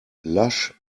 lush